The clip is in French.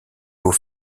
aux